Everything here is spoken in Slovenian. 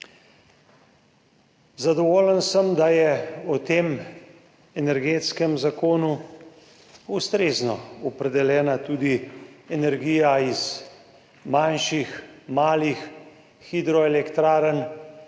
Zadovoljen sem, da je v tem energetskem zakonu ustrezno opredeljena tudi energija iz manjših, malih hidroelektrarn.